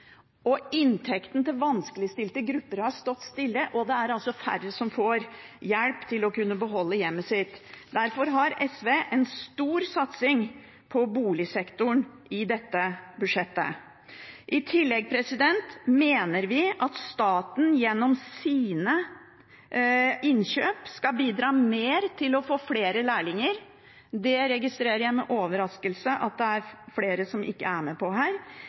Inntekten til de vanskeligstilte gruppene har stått stille, og det er færre som får hjelp til å kunne beholde hjemmet sitt. Derfor har SV en stor satsing på boligsektoren i dette budsjettet. I tillegg mener vi at staten gjennom sine innkjøp skal bidra mer til å få inn flere lærlinger. Det registrerer jeg med overraskelse at det er flere som ikke er med på.